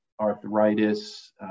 arthritis